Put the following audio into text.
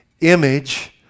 image